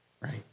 right